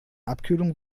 abkühlung